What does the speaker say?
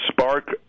Spark